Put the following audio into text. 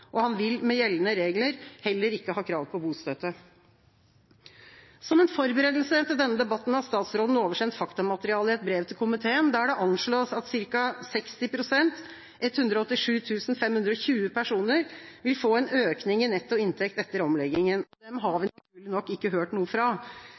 og han vil med gjeldende regler heller ikke ha krav på bostøtte. Som en forberedelse til denne debatten har statsråden oversendt faktamateriale i et brev til komitéen, der det anslås at ca. 60 pst., 187 520 personer, vil få en økning i netto inntekt etter omlegginga. Dem har vi naturlig nok ikke hørt noe fra.